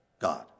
God